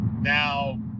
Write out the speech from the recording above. now